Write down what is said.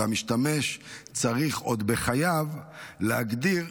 והמשתמש צריך עוד בחייו להגדיר,